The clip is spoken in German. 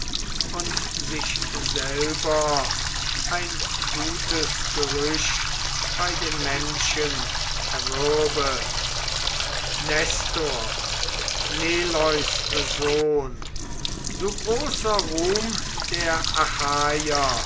und sich selber ein gutes gerücht bei den menschen erwürbe nestor neleus sohn du großer ruhm der